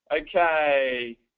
Okay